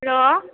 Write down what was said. hello